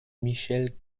michele